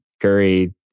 Curry